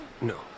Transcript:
No